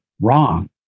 wrong